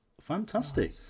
fantastic